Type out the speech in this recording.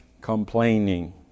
complaining